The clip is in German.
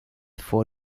vor